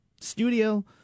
studio